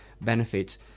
benefits